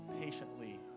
patiently